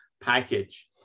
package